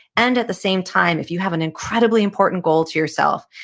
and at the same time if you have an incredibly important goal to yourself,